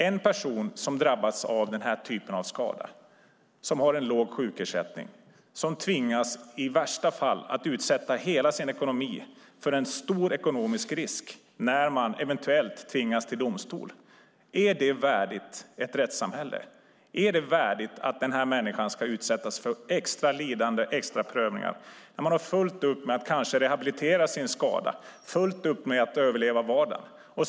En person som drabbas av den här typen av skada och har en låg sjukersättning tvingas i värsta fall att utsätta hela sin ekonomi för en stor ekonomisk risk när den eventuellt tvingas till domstol. Är det värdigt ett rättssamhälle att den människan ska utsättas för extra lidande och extra prövningar? Den människan har fullt upp med att kanske rehabilitera sin skada och överleva vardagen.